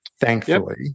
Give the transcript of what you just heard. Thankfully